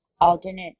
alternate